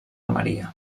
maria